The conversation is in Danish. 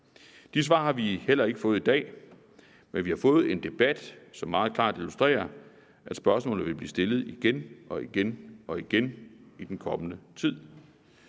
De svar har vi heller ikke fået i dag, men vi har fået en debat, som meget klart illustrerer, at spørgsmålet vil blive stillet igen og igen og igen i den kommende tid.